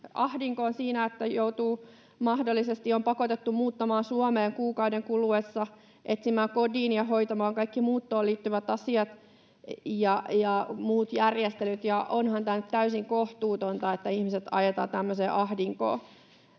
ahdinkoon siinä, että mahdollisesti on pakotettu muuttamaan Suomeen kuukauden kuluessa, etsimään kodin ja hoitamaan kaikki muuttoon liittyvät asiat ja muut järjestelyt. Onhan tämä nyt täysin kohtuutonta, että ihmiset ajetaan tämmöiseen ahdinkoon.